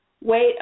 Wait